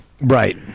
right